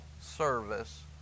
service